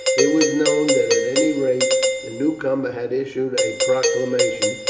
it was known that at any rate the newcomer had issued a proclamation,